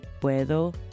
puedo